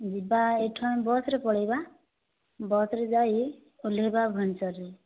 ଯିବା ଏଇଠୁ ଆମେ ବସ୍ରେ ପଳେଇବା ବସ୍ରେ ଯାଇ ଓଲ୍ହେଇବା ଭୁବନେଶ୍ୱରରେ